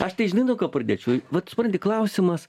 aš tai žinai nuo pradėčiau vat supranti klausimas